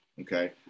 okay